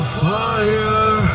fire